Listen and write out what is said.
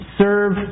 serve